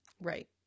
Right